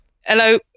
Hello